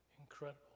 incredible